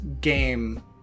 game